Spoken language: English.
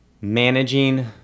managing